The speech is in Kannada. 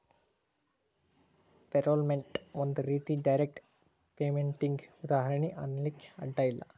ಪೇರೊಲ್ಪೇಮೆನ್ಟ್ ಒಂದ್ ರೇತಿ ಡೈರೆಕ್ಟ್ ಪೇಮೆನ್ಟಿಗೆ ಉದಾಹರ್ಣಿ ಅನ್ಲಿಕ್ಕೆ ಅಡ್ಡ ಇಲ್ಲ